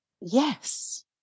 yes